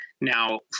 Now